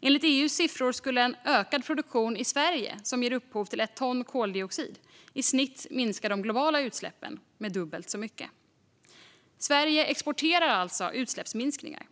Enligt EU:s siffror skulle en ökad produktion i Sverige, som ger upphov till ett ton koldioxid, i snitt minska de globala utsläppen med dubbelt så mycket. Sverige exporterar alltså utsläppsminskningar.